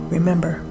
Remember